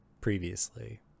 previously